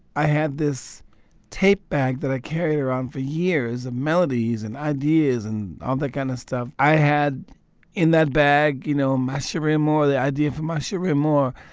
i had this tape bag that i carried around for years of melodies and ideas and all that kind of stuff. i had in that bag, you know, my cherie amour the idea for my cherie amour,